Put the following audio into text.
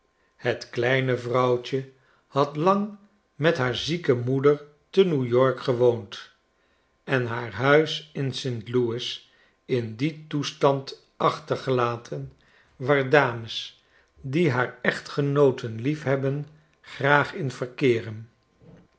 het kleine vrouwtje had lang met haar zieke moeder te new-york gewoond en haar huis in st louis in dien toestand achtergelaten waar dames die haar echtgenooten lief hebben graag in verkeeren